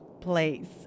place